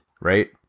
right